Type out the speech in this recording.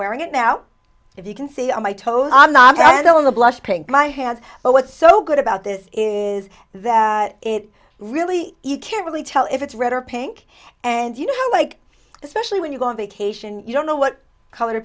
wearing it now if you can see on my toes i'm not handling the blush pink my hand but what's so good about this is that it really you can't really tell if it's red or pink and you know like especially when you go on vacation you don't know what color